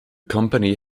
company